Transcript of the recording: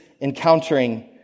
encountering